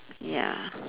ya